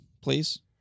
please